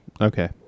Okay